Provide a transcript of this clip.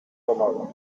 allowed